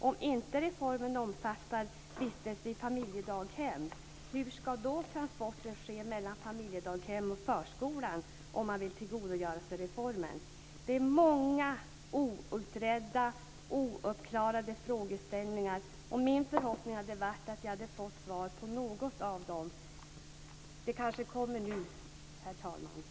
Om inte reformen omfattar vistelse i familjedaghem, hur ska då transporten ske mellan familjedaghemmet och förskolan om man vill tillgodogöra sig reformen? Det finns många outredda och ouppklarade frågor. Min förhoppning var att jag skulle få svar på någon av dem. Det kanske kommer nu, herr talman.